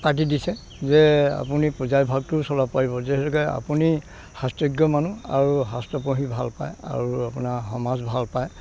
পাতি দিছে যে আপুনি পূজাৰী ভাগটোও চলাব পাৰিব যিহেতুকে আপুনি শাস্ত্ৰজ্ঞ মানুহ আৰু শাস্ত্ৰ পঢ়ি ভাল পায় আৰু আপোনাৰ সমাজ ভাল পায়